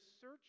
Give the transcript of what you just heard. search